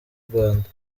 rwanda